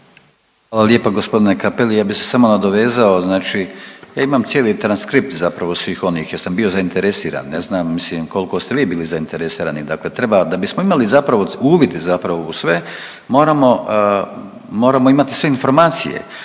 Hvala lijepa g. Cappelli. Ja bi se samo nadovezao, znači ja imam cijeli transkript zapravo svih onih jer sam bio zainteresiran, ne znam, mislim koliko ste vi bili zainteresirani, dakle treba, da bismo imali zapravo uvid zapravo u sve moramo, moramo imati sve informacije,